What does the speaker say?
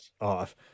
off